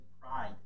pride